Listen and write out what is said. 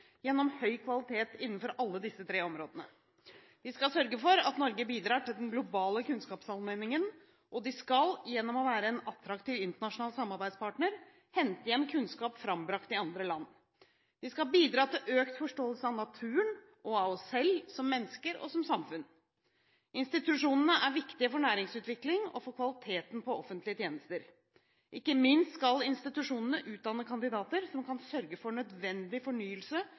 gjennom høy kvalitet innenfor alle disse tre områdene. De skal sørge for at Norge bidrar til den globale kunnskapsallmenningen, og de skal gjennom å være en attraktiv internasjonal samarbeidspartner hente hjem kunnskap frambrakt i andre land. De skal bidra til økt forståelse av naturen og av oss selv som mennesker og som samfunn. Institusjonene er viktige for næringsutvikling og for kvaliteten på offentlige tjenester. Ikke minst skal institusjonene utdanne kandidater som kan sørge for nødvendig fornyelse